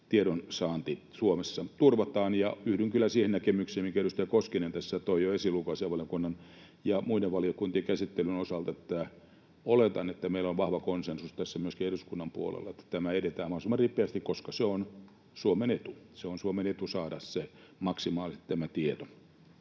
tiedonsaanti Suomessa turvataan, ja yhdyn kyllä siihen näkemykseen, minkä edustaja Koskinen tässä toi jo esiin ulkoasiainvaliokunnan ja muiden valiokuntien käsittelyn osalta, että oletan, että meillä on vahva konsensus tässä myöskin eduskunnan puolella, että tässä edetään mahdollisimman ripeästi, koska se on Suomen etu. On Suomen etu saada maksimaalisesti tämä tieto.